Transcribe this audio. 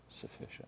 sufficient